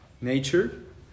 nature